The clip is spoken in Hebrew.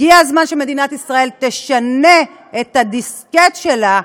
הגיע הזמן שמדינת ישראל תשנה את הדיסקט שלה,